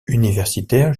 universitaire